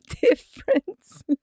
difference